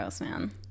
man